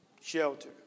shelter